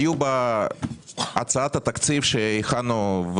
היו בהצעת התקציב שהכנו,